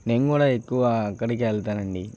నేను కూడా ఎక్కవ అక్కడికే వెళ్తానండి